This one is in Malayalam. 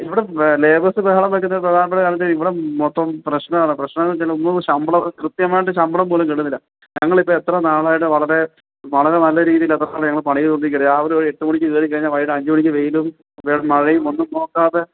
ഇവിടെ ലേബേര്സ് ബഹളം വയ്ക്കുന്ന പ്രധാനപ്പെട്ട കാരണം എന്ന് വെച്ചാൽ ഇവിടെ മൊത്തം പ്രശ്നമാണ് പ്രശ്നം എന്ന് വെച്ചാൽ ഒന്നും ശമ്പ കൃത്യമായിട്ട് ശമ്പളം പോലും കിട്ടുന്നില്ല ഞങ്ങള് ഇപ്പോൾ എത്ര നാളായിട്ട് വളരെ വളരെ നല്ല രീതിയിൽ അവിടെ പോയി ഞങ്ങൾ പണി ചെയ്തുകൊണ്ടിരിക്കുവാണ് രാവിലെ ഒരു എട്ട് മണിക്ക് കയറിക്കഴിഞ്ഞാൽ അഞ്ച് മണിക്ക് വെയിലും മഴയും ഒന്നും നോക്കാതെ